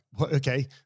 okay